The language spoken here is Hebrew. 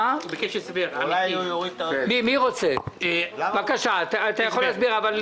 אני מבקש הסבר של הרוויזיה.